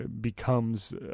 becomes